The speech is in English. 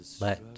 Let